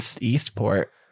Eastport